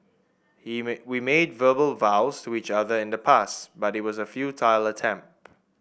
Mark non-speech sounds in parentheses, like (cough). (unintelligible) we made verbal vows to each other in the past but it was a futile attempt